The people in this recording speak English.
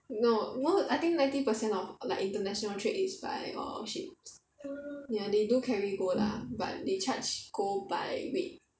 no no I think ninety percent of like international trade is by err ships ya they do carry gold lah but they charge gold by weight